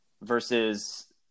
versus